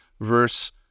verse